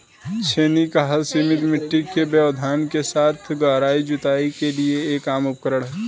छेनी का हल सीमित मिट्टी के व्यवधान के साथ गहरी जुताई के लिए एक आम उपकरण है